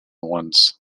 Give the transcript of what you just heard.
ones